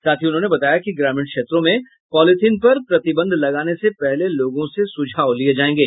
साथ ही उन्होंने बताया कि ग्रामीण क्षेत्रों में पॉलीथिन पर प्रतिबंध लगाने से पहले लोगों से सुझाव लिये जायेंगे